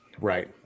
right